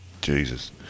Jesus